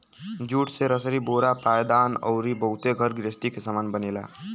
jute से रसरी बोरा पायदान अउरी बहुते घर गृहस्ती के सामान बनेला